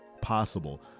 possible